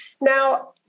Now